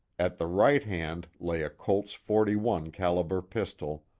at the right hand lay a colt's forty one calibre pistol,